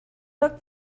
looked